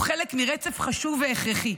הוא חלק מרצף חשוב והכרחי,